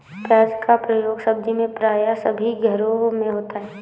प्याज का प्रयोग सब्जी में प्राय सभी घरों में होता है